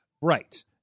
Right